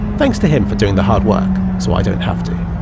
thanks to him for doing the hard work, so i don't have to.